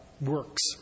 works